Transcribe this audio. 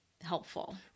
helpful